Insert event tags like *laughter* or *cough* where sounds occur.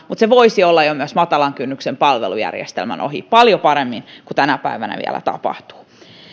*unintelligible* mutta ne voisivat olla myös matalan kynnyksen palveluja mennä palvelujärjestelmän ohi vielä paljon paremmin kuin mitä tänä päivänä tapahtuu